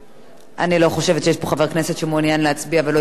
אני לא חושבת שיש פה חבר כנסת שמעוניין להצביע ולא הצביע קודם,